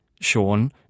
Sean